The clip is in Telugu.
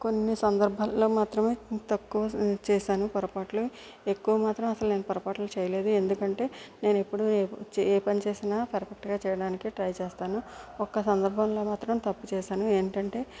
కొన్ని సందర్భాల్లో మాత్రమే తక్కువ చేశాను పొరపాట్లు ఎక్కువ మాత్రం అసలు నేను పొరపాట్లు చేయలేదు ఎందుకంటే నేను ఎప్పుడు ఏ చేసి ఏ పని చేసినా పర్ఫెక్ట్గా చేయడానికి ట్రై చేస్తాను ఒక్క సందర్భంలో మాత్రం తప్పు చేశాను ఏమిటి అంటే